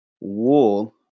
wool